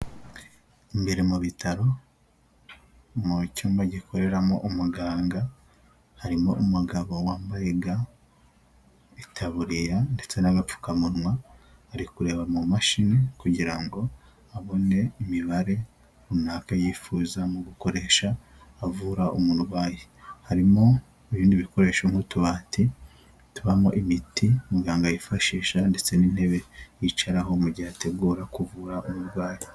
Imbere mu bitaro mu cyumba gikoreramo umuganga harimo umugabo wambaye ga n'itariya ndetse n'agapfukamunwa uri kureba mu mashini kugira ngo abone imibare runaka yifuza mu gukoresha avura umunturwayi harimo ibindi bikoresho nk'utubati tubamo imiti muganga yifashisha ndetse n'intebe yicaraho mu gihe ategura kuvura umurwayi.